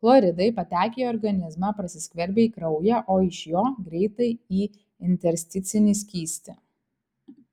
chloridai patekę į organizmą prasiskverbia į kraują o iš jo greitai į intersticinį skystį